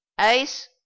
Ace